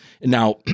now